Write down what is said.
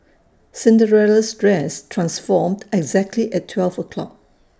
Cinderella's dress transformed exactly at twelve o' clock